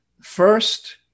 First